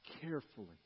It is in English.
carefully